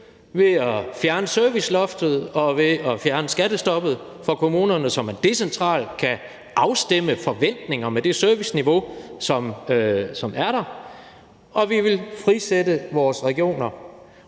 ved at fjerne serviceloftet og ved at fjerne skattestoppet for kommunerne, så man decentralt kan afstemme forventninger med det serviceniveau, som er der, og vi vil frisætte vores regioner.